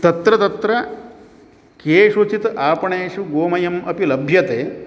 तत्र तत्र केषुचित् आपणेषु गोमयम् अपि लभ्यते